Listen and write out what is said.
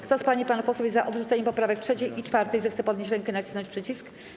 Kto z pań i panów posłów jest za odrzuceniem poprawek 3. i 4., zechce podnieść rękę i nacisnąć przycisk.